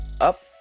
up